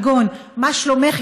כגון מה שלומך,